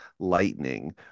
Lightning